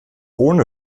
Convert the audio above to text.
ohne